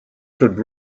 should